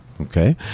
Okay